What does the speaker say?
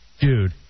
dude